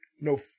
no